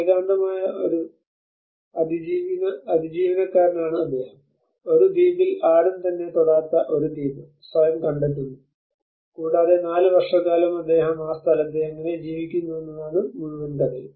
ഏകാന്തമായ ഒരു അതിജീവനക്കാരനാണ് അദ്ദേഹം ഒരു ദ്വീപിൽ ആരും തന്നെ തൊടാത്ത ഒരു ദ്വീപ് സ്വയം കണ്ടെത്തുന്നു കൂടാതെ 4 വർഷക്കാലം അദ്ദേഹം ആ സ്ഥലത്ത് എങ്ങനെ ജീവിക്കുന്നുവെന്നതാണ് മുഴുവൻ കഥയും